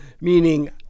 meaning